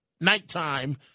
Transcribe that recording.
nighttime